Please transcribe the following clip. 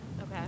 Okay